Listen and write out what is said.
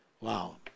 Wow